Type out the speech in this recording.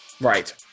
Right